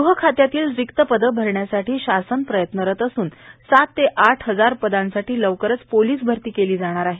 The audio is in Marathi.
ग़ह खात्यातील रिक्त पदे भरण्यासाठी शासन प्रयत्नरत असून सात ते आठ हजार पदांसाठी लवकरच पोलीस भरती केली जाणार आहे